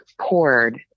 poured